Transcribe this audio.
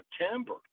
September